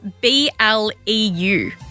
B-L-E-U